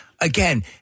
again